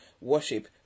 worship